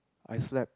I slept